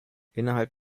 innerhalb